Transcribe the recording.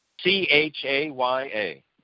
C-H-A-Y-A